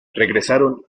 regresaron